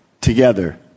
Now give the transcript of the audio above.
together